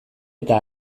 eta